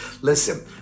listen